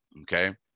okay